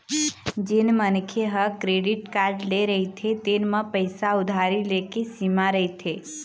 जेन मनखे ह क्रेडिट कारड ले रहिथे तेन म पइसा उधारी ले के सीमा रहिथे